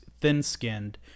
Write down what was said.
thin-skinned